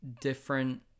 different